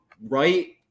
right